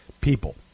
people